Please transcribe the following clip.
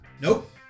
Nope